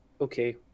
Okay